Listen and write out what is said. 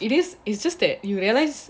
it is it's just that you realize